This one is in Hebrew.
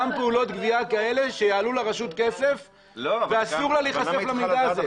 גם פעולות גבייה כאלה שיעלו לרשות כסף ואסור לה להיחשף למידע הזה.